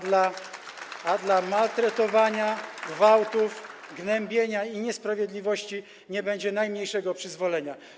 Dla maltretowania, gwałtów, gnębienia i niesprawiedliwości nie będzie najmniejszego przyzwolenia.